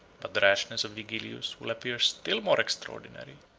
but the rashness of vigilius will appear still more extraordinary,